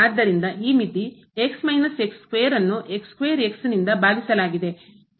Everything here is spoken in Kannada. ಆದ್ದರಿಂದ ಈ ಮಿತಿ ಅನ್ನು ಭಾಗಿಸಲಾಗಿದೆ